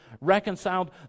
reconciled